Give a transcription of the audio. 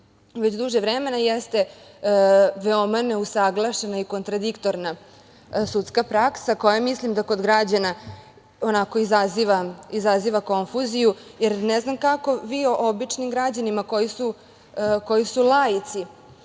već duže vremena, jeste veoma neusaglašena i kontradiktorna sudska praksa koja mislim da kod građana izaziva konfuziju, jer ne znam kako vi običnim građanima koji su laici,